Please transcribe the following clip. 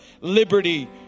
liberty